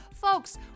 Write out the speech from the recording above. Folks